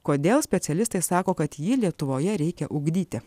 kodėl specialistai sako kad jį lietuvoje reikia ugdyti